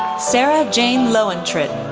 sarah jane lowentritt,